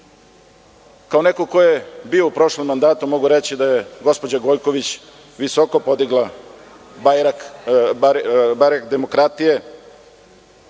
neko ko je bio u prošlom mandatu mogu reći da je gospođa Gojković visoko podigla barjak demokratije